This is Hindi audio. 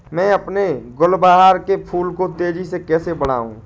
मैं अपने गुलवहार के फूल को तेजी से कैसे बढाऊं?